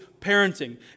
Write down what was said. parenting